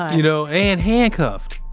you know and handcuffed.